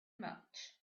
much